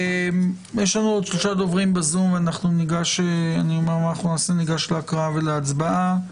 יש לנו עוד שלושה דוברים בזום וניגש להקראה ולהצבעה.